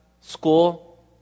school